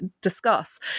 discuss